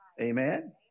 Amen